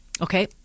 Okay